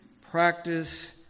practice